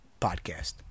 podcast